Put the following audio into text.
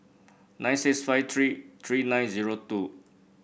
nine six five three three nine zero two